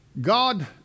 God